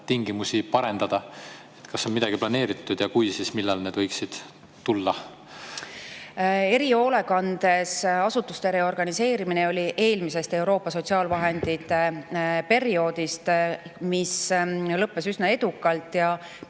tingimusi parendada? Kas on midagi planeeritud ja kui on, siis millal need võiksid tulla? Erihoolekandes asutuste reorganiseerimine [toimus] eelmisel Euroopa sotsiaalvahendite perioodil. See lõppes üsna edukalt ja